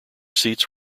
seats